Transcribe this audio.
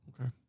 Okay